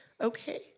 okay